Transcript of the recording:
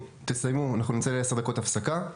תסיימו ואנחנו נצא לעשר דקות הפסקה,